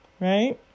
Right